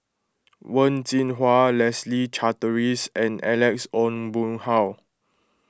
Wen Jinhua Leslie Charteris and Alex Ong Boon Hau